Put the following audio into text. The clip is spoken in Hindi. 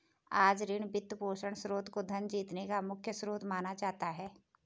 आज ऋण, वित्तपोषण स्रोत को धन जीतने का मुख्य स्रोत माना जाता है